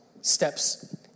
steps